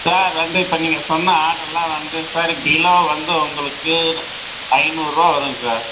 sir வந்து இப்போ நீங்கள் சொன்ன ஆர்ட்ருலாம் வந்து சார் கிலோ வந்து உங்களுக்கு ந ஐந்நூறுரூவா வருங்க சார்